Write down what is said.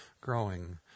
growing